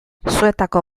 zuetako